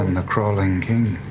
um the crawling king.